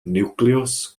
niwclews